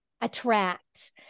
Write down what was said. attract